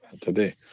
today